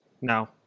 No